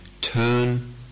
turn